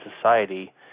society